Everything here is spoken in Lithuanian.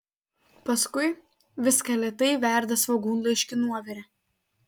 paskui viską lėtai verda svogūnlaiškių nuovire